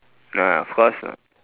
ah of course ah